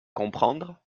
comprendre